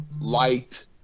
light